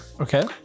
okay